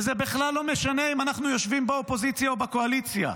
וזה בכלל לא משנה אם אנחנו יושבים באופוזיציה או בקואליציה.